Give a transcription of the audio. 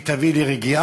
היא תביא לרגיעה,